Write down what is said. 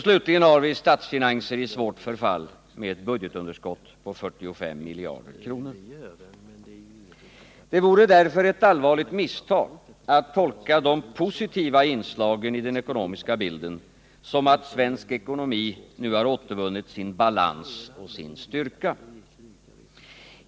Slutligen har vi statsfinanser i svårt förfall med budgetunderskott på 45 miljarder kronor. Det vore därför ett allvarligt misstag att tolka de positiva inslagen i den ekonomiska bilden som att svensk ekonomi nu har återvunnit sin balans och sin styrka.